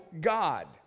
God